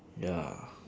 ya